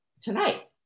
Tonight